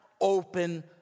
open